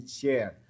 share